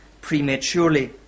prematurely